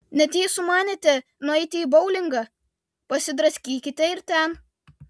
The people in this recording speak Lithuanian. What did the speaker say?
net jei sumanėte nueiti į boulingą pasidraskykite ir ten